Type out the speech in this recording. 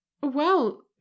Well